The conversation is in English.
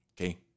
okay